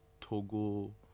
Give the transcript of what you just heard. togo